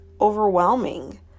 overwhelming